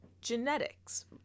genetics